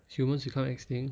humans become extinct